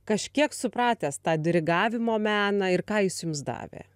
kažkiek supratęs tą dirigavimo meną ir ką jis jums davė